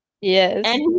Yes